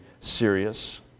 serious